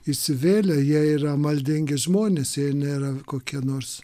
įsivėlę jie yra maldingi žmonės jie nėra kokie nors